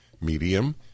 medium